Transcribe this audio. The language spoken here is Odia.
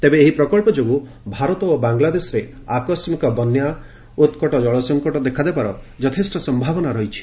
ତେବେ ଏହି ପ୍ରକଳ୍ପ ଯୋଗୁଁ ଭାରତ ଓ ବାଂଲାଦେଶରେ ଆକସ୍କିକ ବନ୍ୟା ଉତ୍କଟ ଜଳସଙ୍କଟ ଦେଖାଦେବାର ଯଥେଷ୍ଟ ସମ୍ଭାବନା ରହିଛି